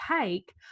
take